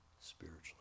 spiritually